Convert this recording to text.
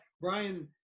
Brian